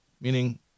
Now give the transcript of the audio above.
meaning